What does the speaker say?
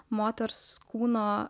moters kūno